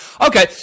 Okay